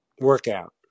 Workout